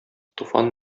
туфан